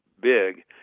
big